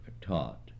taught